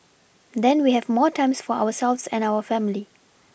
then we have more time for ourselves and our family